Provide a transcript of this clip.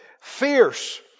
fierce